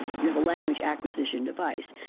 you have a language acquisition device.